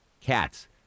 cats